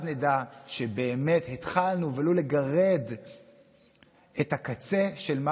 אז נדע שבאמת התחלנו ולו לגרד את הקצה של מה